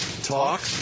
talk